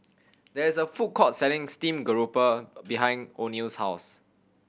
there is a food court selling steamed garoupa behind Oneal's house